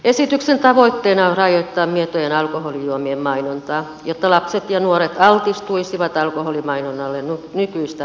esityksen tavoitteena on rajoittaa mietojen alkoholijuomien mainontaa jotta lapset ja nuoret altistuisivat alkoholimainonnalle nykyistä vähemmän